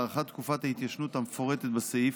הארכת תקופת ההתיישנות המפורטת בסעיף